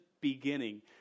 beginning